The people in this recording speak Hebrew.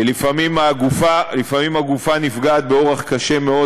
לפעמים הגופה נפגעת באורח קשה מאוד,